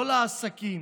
לא לעסקים,